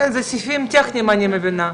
מה זה אומר לשמור על ערך ריאלי של